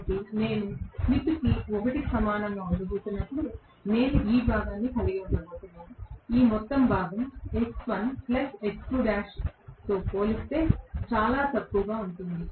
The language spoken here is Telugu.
కాబట్టి నేను స్లిప్ 1 కి సమానంగా ఉండబోతున్నప్పుడు నేను ఈ భాగాన్ని కలిగి ఉండబోతున్నాను ఈ మొత్తం భాగం పోల్చితే చాలా తక్కువగా ఉంటుంది